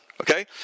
Okay